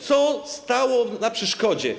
Co stało na przeszkodzie?